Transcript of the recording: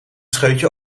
scheutje